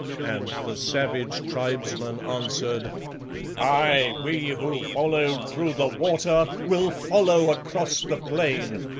and the savage tribesmen answered aye, we who followed through the water, will follow across the plain.